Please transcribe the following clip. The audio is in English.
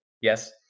Yes